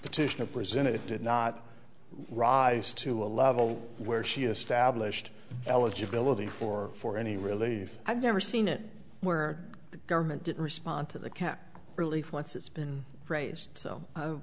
petition presented did not rise to a level where she established eligibility for for any relief i've never seen it where the government didn't respond to the cap relief once it's been raised so